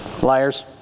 Liars